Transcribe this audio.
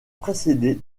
précédée